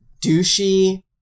douchey